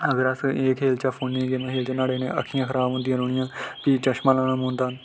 अगर अस एह् एह् खेढचै फोनै दी गेमां खेढचै न्हाड़े कन्नै अक्खियां खराब होंदियां रौंहनियां फ्ही चश्मा लाना पौंदा